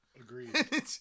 Agreed